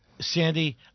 Sandy